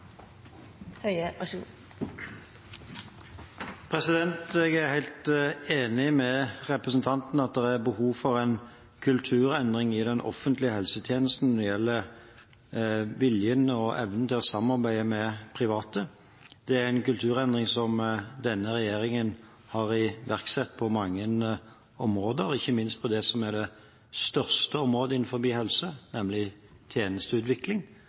tilgang på så mye kapital, klare å tiltrekke oss hoder for å satse på å utvikle nye antibiotikamedisiner? Jeg er helt enig med representanten i at det er behov for en kulturendring i den offentlige helsetjenesten når det gjelder viljen og evnen til å samarbeide med private. Det er en kulturendring som denne regjeringen har iverksatt på mange områder, ikke minst på det som er det største området